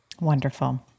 Wonderful